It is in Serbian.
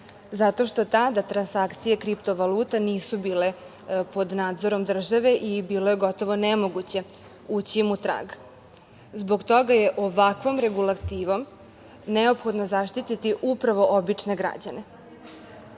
zato što tada transakcije kriptovalute nisu bile pod nadzorom države i bilo je gotovo nemoguće ući im u trag. Zbog toga je ovakvom regulativom neophodno zaštiti upravo obične građane. Takođe,